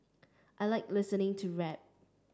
I like listening to rap